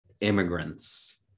immigrants